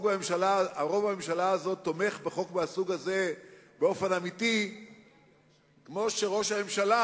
מהסוג הזה באופן אמיתי כמו שראש הממשלה